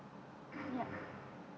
ya